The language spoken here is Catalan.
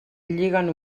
lliguen